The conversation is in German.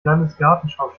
landesgartenschau